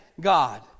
God